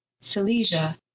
Silesia